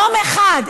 יום אחד,